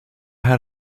had